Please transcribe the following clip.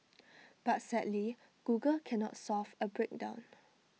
but sadly Google cannot solve A breakdown